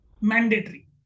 mandatory